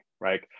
right